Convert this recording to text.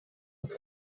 uko